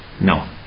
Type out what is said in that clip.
No